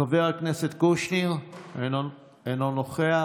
חבר הכנסת קושניר, אינו נוכח,